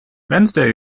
wednesday